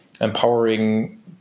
empowering